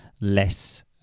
less